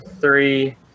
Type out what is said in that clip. three